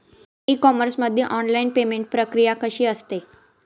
E commerce मध्ये online payment प्रक्रिया कशी असते?